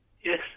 Yes